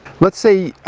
let's say,